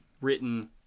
written